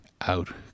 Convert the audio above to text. out